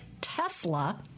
Tesla